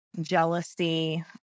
jealousy